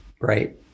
Right